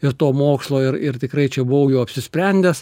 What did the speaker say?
ir to mokslo ir ir tikrai čia buvau jau apsisprendęs